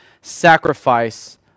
sacrifice